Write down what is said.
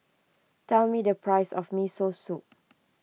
tell me the price of Miso Soup